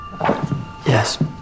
yes